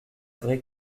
vraie